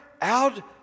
out